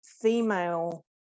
female